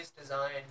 design